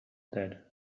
that